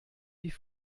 wie